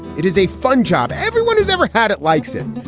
it is a fun job. everyone who's ever had it likes it.